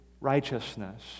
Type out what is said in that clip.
righteousness